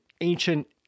ancient